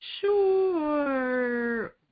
sure